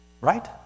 Right